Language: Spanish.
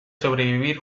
sobrevivir